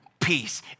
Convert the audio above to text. peace